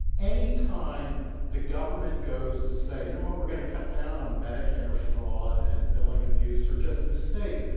any time the government goes to say, you know what? we're going to cut down on medicare fraud, and billing abuse, or just mistakes,